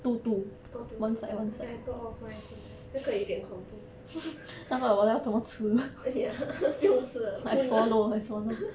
orh two two I I thought all four at the same time 那个有一点恐怖 ya 不用吃了吞 ah